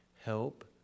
Help